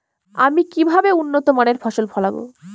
আমি কিভাবে উন্নত মানের ফসল ফলাব?